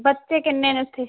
ਬੱਚੇ ਕਿੰਨੇ ਨੇ ਉੱਥੇ